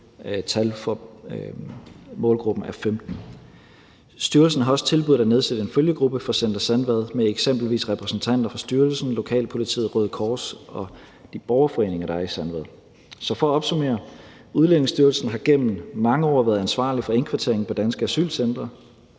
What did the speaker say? tal for målgruppen er 15. Styrelsen har også tilbudt at nedsætte en følgegruppe for Center Sandvad med eksempelvis repræsentanter for styrelsen, lokalpolitiet, Røde Kors og de borgerforeninger, der er i Sandvad. Så for at opsummere: Udlændingestyrelsen har gennem mange år været ansvarlig for indkvartering på danske asylcentre.